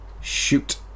shoot